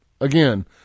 Again